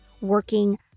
working